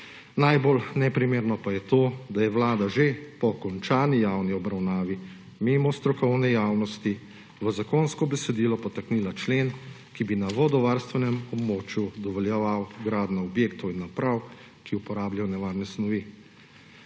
Najbolj neprimerno pa je to, da je vlada že po končani javni obravnavi mimo strokovne javnosti v zakonsko besedilo podtaknila člen, ki bi na vodovarstvenem območju dovoljeval gradnjo objektov in naprav, ki uporabljajo nevarne snovi.